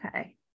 Okay